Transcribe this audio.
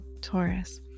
Taurus